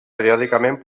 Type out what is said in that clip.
periòdicament